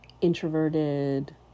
introverted